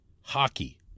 hockey